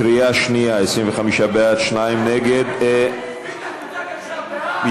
קריאה שנייה: 25 בעד, שניים נגד, נמנע אחד.